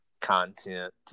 content